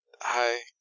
Hi